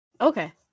Okay